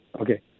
Okay